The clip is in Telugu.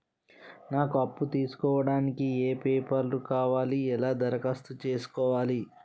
నాకు అప్పు తీసుకోవడానికి ఏ పేపర్లు కావాలి ఎలా దరఖాస్తు చేసుకోవాలి?